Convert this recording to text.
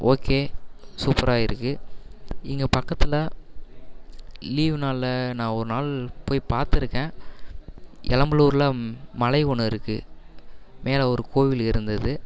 okay சூப்பராக இருக்குது இங்கே பக்கத்தில் லீவு நாளில் நான் ஒரு நாள் போய் பாத்திருக்கேன் எளம்பலூரில் மலை ஒன்று இருக்குது மேலே ஒரு கோவில் இருந்தது